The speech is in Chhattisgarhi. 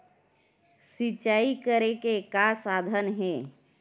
सिंचाई करे के का साधन हे?